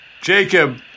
Jacob